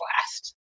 last